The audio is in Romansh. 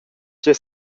tgei